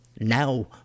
now